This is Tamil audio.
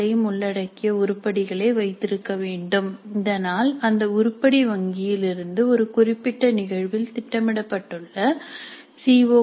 க்களையும் உள்ளடக்கிய உருப்படிகளை வைத்திருக்க வேண்டும் இதனால் அந்த உருப்படி வங்கியில் இருந்து ஒரு குறிப்பிட்ட நிகழ்வில் திட்டமிடப்பட்டுள்ள சி